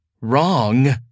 wrong